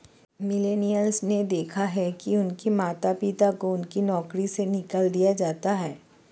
millennials ने देखा है कि उनके माता पिता को उनकी नौकरी से निकाल दिया जाता है